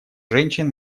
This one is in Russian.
женщин